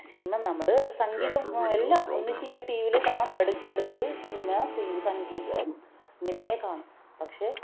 cinema നമ്മള് സംഗീതം എല്ലാ ഒന്നിച്ച് ഇങ്ങനെ ടി വി യില് കാണും ഇടക്കിടക്ക് സിനിമ സി സംഗീതം ഇങ്ങനെ കാണും പക്ഷേ